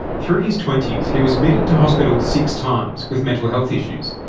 through his twenties he was admitted to hospital six times with mental health issues,